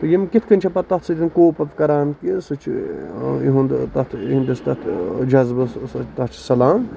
یِم کِتھ کَن چھِ تَتھ سۭتۍ کوپ اَپ کران سُہ چھُ یِہُند تَتھ یِہِندِس تَتھ جزبس تَتھ چھ سَلام